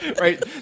right